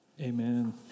Amen